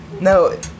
No